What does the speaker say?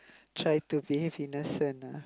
try to behave innocent ah